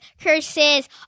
curses